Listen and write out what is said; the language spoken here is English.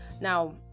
Now